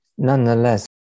Nonetheless